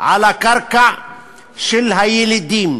על הקרקע של הילידים,